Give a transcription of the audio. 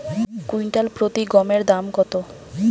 Quintal প্রতি গমের দাম কত?